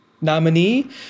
nominee